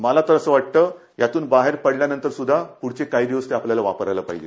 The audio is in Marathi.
मला तर असं वाटतं यातून बाहेर पडल्यानंतर सुध्दा पुढच्या काही दिवस आपल्याला वापरायला पाहिजे